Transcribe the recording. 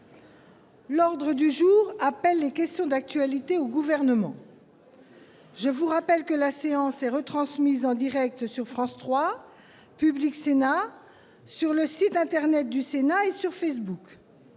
L'ordre du jour appelle les réponses à des questions d'actualité au Gouvernement. Je vous rappelle que la séance est retransmise en direct sur France 3, Public Sénat, le site internet du Sénat et Facebook.